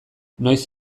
noiz